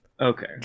Okay